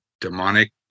demonic